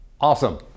awesome